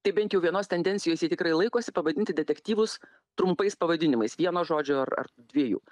tai bent jau vienos tendencijos jie tikrai laikosi pavadinti detektyvus trumpais pavadinimais vieno žodžio ar ar dviejų